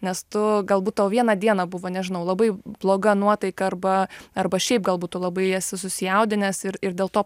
nes tu galbūt tau vieną dieną buvo nežinau labai bloga nuotaika arba arba šiaip galbūt tu labai esi susijaudinęs ir ir dėl to